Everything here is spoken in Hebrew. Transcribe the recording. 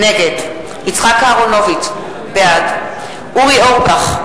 נגד יצחק אהרונוביץ, בעד אורי אורבך,